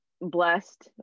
blessed